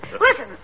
Listen